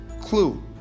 clue